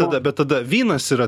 tada bet tada vynas yra